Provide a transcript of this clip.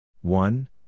one